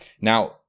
Now